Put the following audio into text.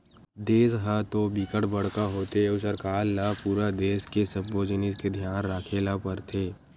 देस ह तो बिकट बड़का होथे अउ सरकार ल पूरा देस के सब्बो जिनिस के धियान राखे ल परथे